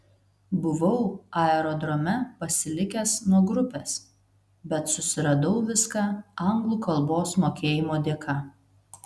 buvau aerodrome pasilikęs nuo grupės bet susiradau viską anglų kalbos mokėjimo dėka